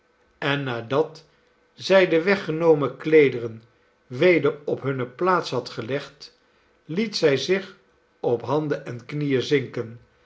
en nadat zij de weggenomen kleederen weder op hunne plaats had gelegd liet zij zich op handen en knieen zinken